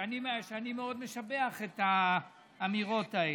ואני מאוד משבח את האמירות האלה.